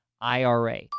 IRA